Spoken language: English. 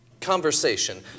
conversation